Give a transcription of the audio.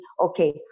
okay